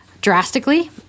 drastically